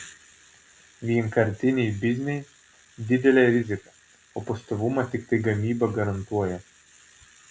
vienkartiniai bizniai didelė rizika o pastovumą tiktai gamyba garantuoja